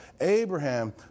Abraham